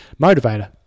motivator